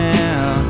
now